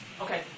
Okay